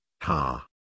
Ha